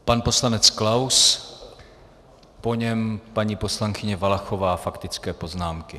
Pan poslanec Klaus, po něm paní poslankyně Valachová faktické poznámky.